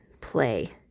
play